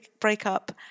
breakup